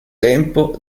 tempo